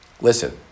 listen